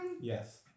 Yes